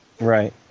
Right